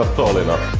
tall enough